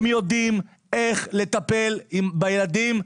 הם יודעים איך לטפל בילדים,